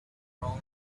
from